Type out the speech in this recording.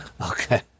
Okay